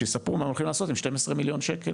שיספרו מה הם הולכים לעשות עם 12 מיליון שקל